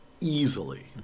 easily